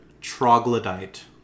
troglodyte